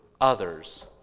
others